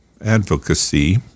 advocacy